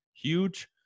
Huge